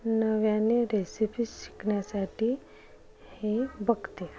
नव्याने रेसिपी शिकण्यासाठी हे बघते